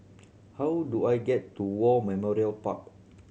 how do I get to War Memorial Park